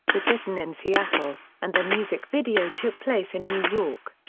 was written in seattle, and the music video took place in new york.